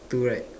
two right